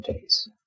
days